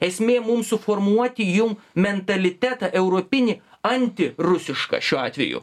esmė mums suformuoti jum mentalitetą europinį antirusišką šiuo atveju